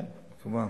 כן, כמובן.